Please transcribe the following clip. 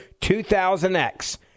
2000X